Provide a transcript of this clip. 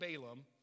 Balaam